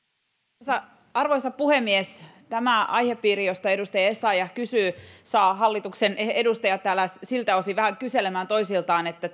arvoisa arvoisa puhemies tämä aihepiiri josta edustaja essayah kysyy saa hallituksen edustajat täällä siltä osin vähän kyselemään toisiltaan että